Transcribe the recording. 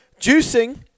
juicing